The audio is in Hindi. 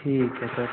ठीक है सर